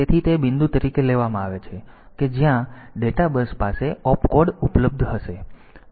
તેથી તે બિંદુ તરીકે લેવામાં આવે છે કે જ્યાં ડેટા બસ પાસે ઓપકોડ ઉપલબ્ધ હશે